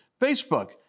Facebook